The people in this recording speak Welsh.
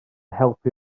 helpu